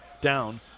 down